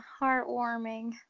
heartwarming